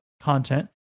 content